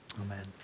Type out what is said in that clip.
Amen